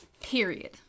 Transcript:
Period